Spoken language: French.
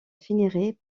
finirait